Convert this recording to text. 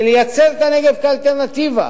לייצא את הנגב כאלטרנטיבה,